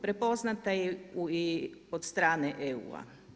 Prepoznata je i od strane EU-a.